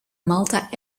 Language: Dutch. malta